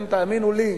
תאמינו לי,